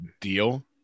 deal